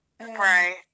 Right